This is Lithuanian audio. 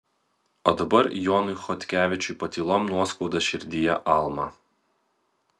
o dabar jonui chodkevičiui patylom nuoskauda širdyje alma